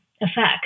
effect